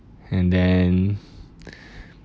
and then